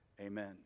amen